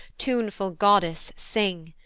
tuneful goddess, sing!